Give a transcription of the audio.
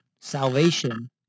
Salvation